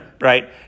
Right